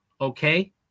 okay